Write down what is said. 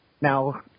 Now